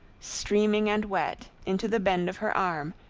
steaming and wet, into the bend of her arm,